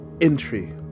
entry